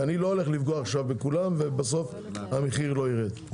כי אני לא הולך עכשיו לפגוע בכולם ובסוף המחיר לא יירד,